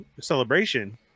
celebration